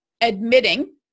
admitting